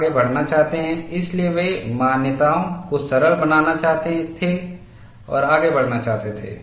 लोग आगे बढ़ना चाहते थे इसलिए वे मान्यताओं को सरल बनाना चाहते थे और आगे बढ़ना चाहते थे